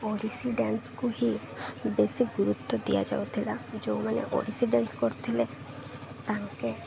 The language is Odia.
ଓଡ଼ିଶୀ ଡ଼୍ୟାନ୍ସକୁ ହିଁ ବେଶୀ ଗୁରୁତ୍ୱ ଦିଆଯାଉଥିଲା ଯେଉଁମାନେ ଓଡ଼ିଶୀ ଡ଼୍ୟାନ୍ସ କରୁଥିଲେ ତାଙ୍କେ